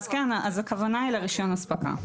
כן, אז הכוונה היא לרישיון הספקה.